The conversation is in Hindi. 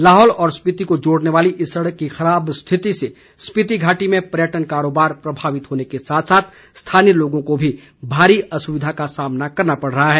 लाहौल और स्पीति को जोड़ेने वाली इस सड़क की खराब स्थिती से स्पीति घाटी में पर्यटन कारोबार प्रभावित होने को साथ साथ स्थानीय लोगों को भी भारी असुविधा का सामना करना पड़ रहा है